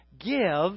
Give